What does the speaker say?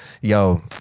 yo